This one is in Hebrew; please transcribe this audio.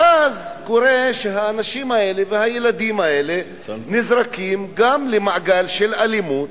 ואז קורה שהאנשים האלה והילדים האלה נזרקים גם למעגל של אלימות,